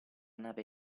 nave